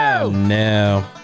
No